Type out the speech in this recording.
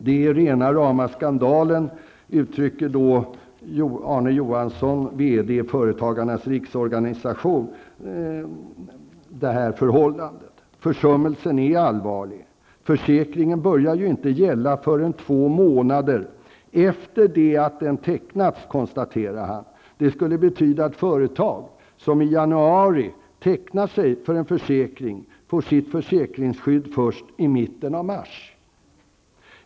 Det är rena rama skandalen, säger Arne -- Försummelsen är allvarlig. Försäkringen börjar ju inte gälla förrän två månader efter det att den tecknats, konstaterar han. Det skulle betyda att företag som i januari tecknar sig för en försäkring får sitt försäkringsskydd först i mitten av mars.